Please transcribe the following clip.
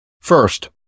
First